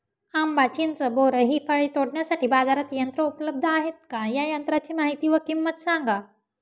आंबा, चिंच, बोर हि फळे तोडण्यासाठी बाजारात यंत्र उपलब्ध आहेत का? या यंत्रांची माहिती व किंमत सांगा?